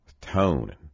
Tone